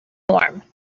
form